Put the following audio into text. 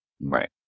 Right